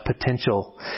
potential